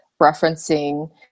referencing